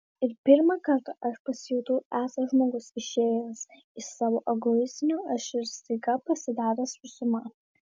ir pirmą kartą aš pasijutau esąs žmogus išėjęs iš savo egoistinio aš ir staiga pasidaręs visuma